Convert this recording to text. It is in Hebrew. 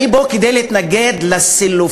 אני פה כדי להתנגד לסילופים,